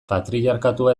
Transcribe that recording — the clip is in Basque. patriarkatua